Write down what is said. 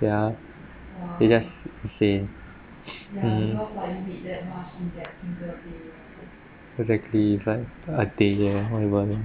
yeah it's just insane mm exactly it's like a day whatever